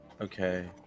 Okay